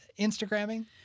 instagramming